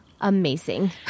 amazing